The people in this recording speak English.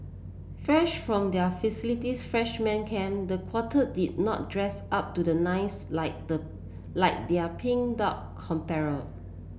fresh from their facilities freshman camp the quartet did not dress up to the nines like the like their Pink Dot compatriot